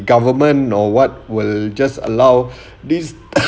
government nor what will just allow these